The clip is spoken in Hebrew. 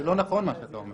זה לא נכון מה שאתה אומר.